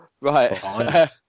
Right